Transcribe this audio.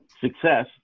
Success